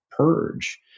Purge